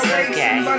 okay